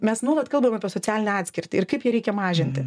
mes nuolat kalbam apie socialinę atskirtį ir kaip ją reikia mažinti